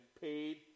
paid